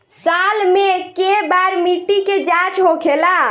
साल मे केए बार मिट्टी के जाँच होखेला?